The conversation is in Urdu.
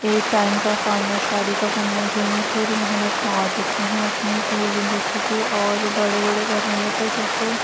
ایک ٹائم کا کھانا شادی کا کرنے کے لیے پوری محنت گنوا دیتے ہیں اپنی پوری زندگی کی اور بڑے بڑے گھروں میں تو جیسے